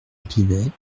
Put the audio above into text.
pivet